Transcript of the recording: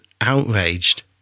outraged